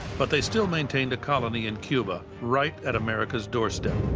but they still maintained a colony in cuba, right at america's doorstep.